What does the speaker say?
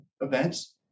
events